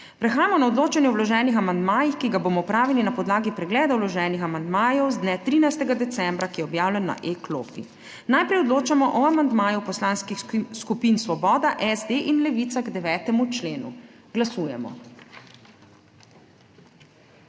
Prehajamo na odločanje o vloženih amandmajih, ki ga bomo opravili na podlagi pregleda vloženih amandmajev z dne 13. decembra, ki je objavljen na e-klopi. Najprej odločamo o amandmaju poslanskih skupin Svoboda, SD in Levica k 9. členu. Glasujemo.